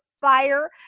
fire